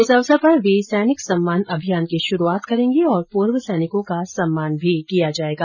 इस अवसर पर वे सैनिक सम्मान अभियान की शुरूआत करेंगे और पूर्व सैनिकों का सम्मान भी किया जाएगा